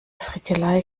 frickelei